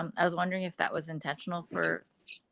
um, i was wondering if that was intentional for.